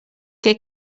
que